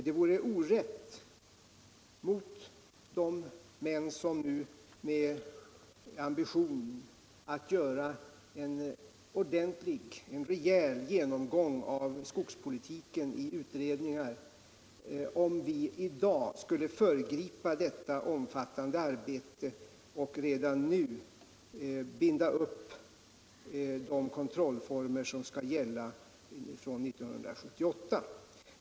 Det vore orätt mot de män som med ambition att göra en ordentlig och rejäl genomgång av skogspolitiken arbetar i utredningarna, om vi i dag skulle föregripa detta omfattande arbete och redan nu binda upp de kontrollformer som skall gälla från 1978.